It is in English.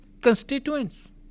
constituents